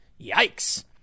Yikes